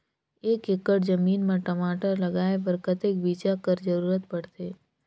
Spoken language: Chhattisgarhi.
एक एकड़ जमीन म टमाटर लगाय बर कतेक बीजा कर जरूरत पड़थे?